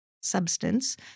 substance